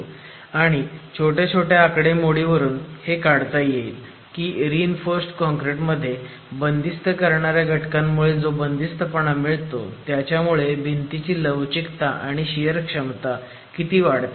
आणि छोट्या आकडेमोडीवरून हे काढता येईल की रि इन्फोर्स्ड कॉनक्रिट मध्ये बंदिस्त करणार्या घटकांमुळे जो बंदिस्तपणा मिळतो त्याच्यामुळे भिंतीची लवचिकता आणि शियर क्षमता किती वाढते